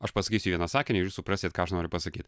aš pasakysiu vieną sakinį ir jūs suprasit ką aš noriu pasakyt